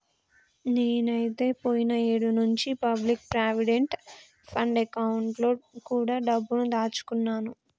నేనైతే పోయిన ఏడు నుంచే పబ్లిక్ ప్రావిడెంట్ ఫండ్ అకౌంట్ లో కూడా డబ్బుని దాచుకున్నాను